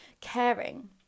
caring